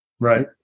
Right